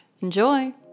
Enjoy